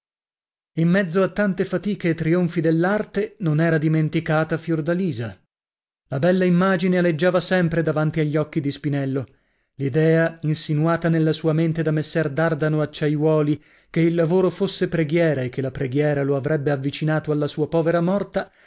in mezzo a tante fatiche e trionfi dell'arte non era dimenticata fiordalisa la bella immagine aleggiava sempre davanti agli occhi di spinello l'idea insinuata nella sua mente da messer dardano acciaiuoli che il lavoro fosse preghiera e che la preghiera lo avrebbe avvicinato alla sua povera morta